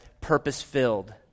purpose-filled